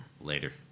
Later